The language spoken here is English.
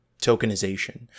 Tokenization